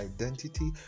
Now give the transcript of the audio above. identity